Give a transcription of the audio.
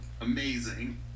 Amazing